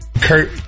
Kurt